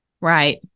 Right